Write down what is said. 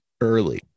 early